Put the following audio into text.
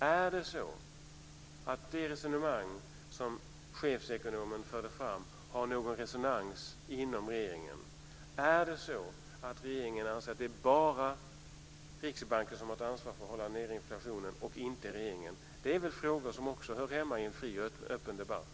Är det så att det resonemang som chefsekonomen fört fram har någon resonans inom regeringen? Är det så att regeringen anser att det bara är Riksbanken som har ett ansvar för att hålla nere inflationen och inte regeringen? Det är väl frågor som också hör hemma i en fri och öppen debatt.